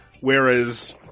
whereas